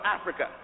Africa